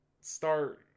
start